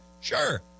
sure